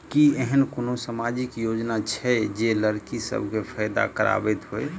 की एहेन कोनो सामाजिक योजना छै जे लड़की सब केँ फैदा कराबैत होइ?